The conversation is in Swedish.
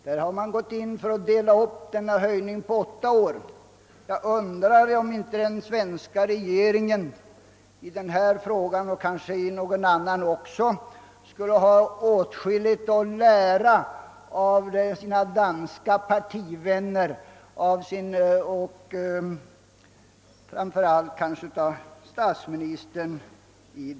Man har där beslutat sig för att dela upp höjningen på åtta år, och jag undrar om inte den svenska regeringen i denna fråga, och kanske också i någon annan, har åtskilligt att lära av sina danska partivänner, kanske framför allt av den danske statsministern.